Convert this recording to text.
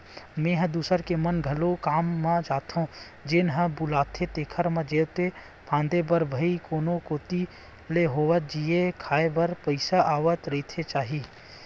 मेंहा दूसर के म घलोक काम म जाथो जेन ह बुलाथे तेखर म जोते फांदे बर भई कोनो कोती ले होवय जीए खांए बर पइसा आवत रहिना चाही